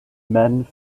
men